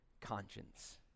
conscience